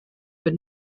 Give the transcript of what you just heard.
but